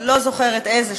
לא זוכרת איזה.